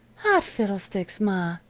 fiddlesticks, ma,